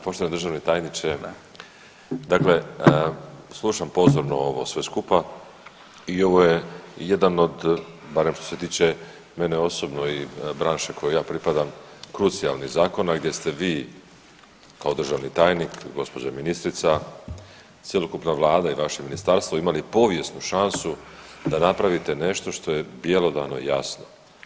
Poštovani državni tajniče, dakle slušam pozorno ovo sve skupa i ovo je jedan od, barem što se tiče mene osobno i branše kojoj ja pripadam, krucijalnih zakona gdje ste vi kao državni tajnik i gđa. ministrica, cjelokupna vlada i vaše ministarstvo imali povijesnu šansu da napravite nešto što je bjelodano jasno.